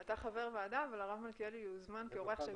אתה חבר ועדה אבל הרב מלכיאלי יוזמן כאורח של כבוד.